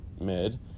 mid